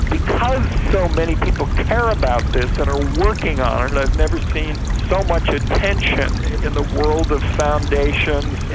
because so many people care about this and are working on it, i've never seen so much attention in the world of foundations, yeah